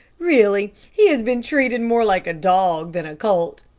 really, he has been treated more like a dog than a colt.